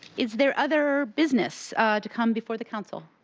is there other business to come before the council?